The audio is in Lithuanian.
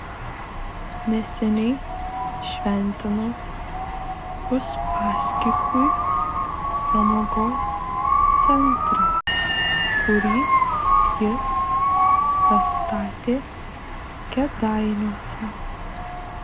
neseniai šventinau uspaskichui pramogos centrą kurį jis pastatė kėdainiuose